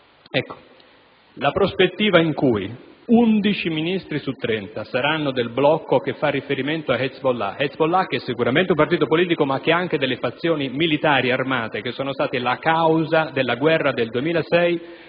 La prospettiva per cui 11 Ministri su 30 saranno del blocco che fa riferimento ad Hezbollah - che sicuramente è un partito politico, ma che ha anche delle fazioni militari armate che sono state la causa della guerra del 2006